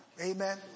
Amen